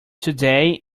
today